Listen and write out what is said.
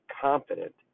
confident